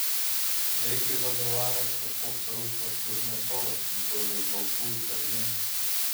streikui vadovavęs kažkoks rusas kuznecovas buvęs baltųjų karininkas